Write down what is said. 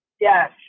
Yes